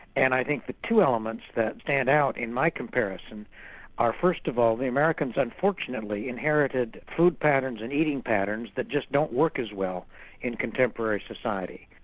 and i think the two elements that stand out in my comparison are first of all the americans unfortunately inherited food patterns and eating patterns that just don't work as well in contemporary society.